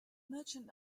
merchant